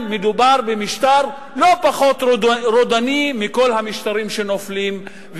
מדובר במשטר לא פחות רודני מכל המשטרים שנופלים,